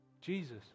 Jesus